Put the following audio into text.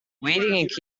queues